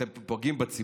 אתם פוגעים בציבור,